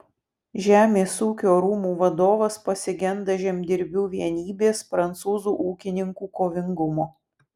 žemės ūkio rūmų vadovas pasigenda žemdirbių vienybės prancūzų ūkininkų kovingumo